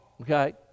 okay